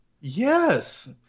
Yes